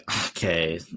okay